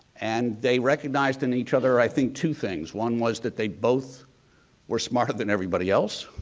and they recognized in each other, i think, two things. one was that they both were smarter than everybody else.